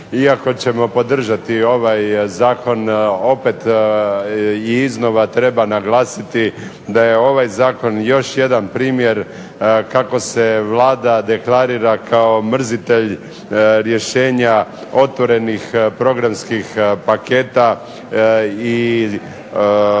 iako ćemo podržati ovaj zakon opet i iznova treba naglasiti da je ovaj zakon još jedan primjer kako se Vlada deklarira kao mrzitelj rješenja otvorenih programskih paketa i besplatnih